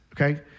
okay